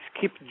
keep